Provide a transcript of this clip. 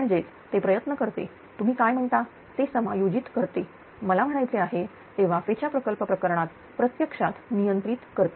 म्हणजेच ते प्रयत्न करते तुम्ही काय म्हणता ते समायोजित करते मला म्हणायचे आहे ते वाफेच्या प्रकल्प प्रकरणात प्रत्यक्षात नियंत्रित करते